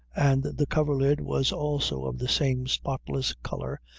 and the coverlid was also of the same spotless color,